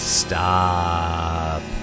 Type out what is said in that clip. stop